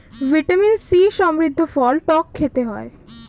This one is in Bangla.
ভিটামিন সি সমৃদ্ধ ফল টক খেতে হয়